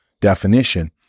definition